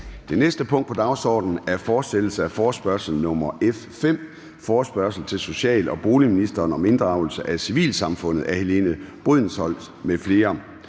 Det næste punkt på dagsordenen er: 2) Fortsættelse af forespørgsel nr. F 5 [afstemning]: Forespørgsel til social- og boligministeren om inddragelse af civilsamfundet. Af Helene Brydensholt (ALT)